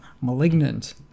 malignant